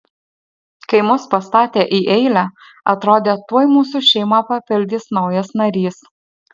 kai mus pastatė į eilę atrodė tuoj mūsų šeimą papildys naujas narys